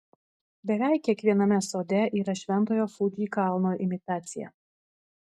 beveik kiekviename sode yra šventojo fuji kalno imitacija